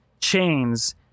chains